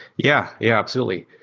yeah yeah. absolutely.